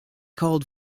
called